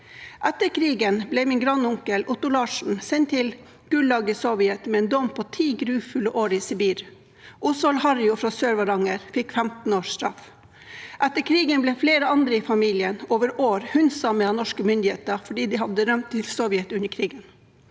Etter krigen ble min grandonkel, Otto Larsen, sendt til gulag i Sovjet med en dom på ti grufulle år i Sibir. Osvald Harjo fra Sør-Varanger fikk 15 års straff. Etter krigen ble flere andre i familien over år hundset av norske myndigheter fordi de hadde rømt til Sovjet under krigen.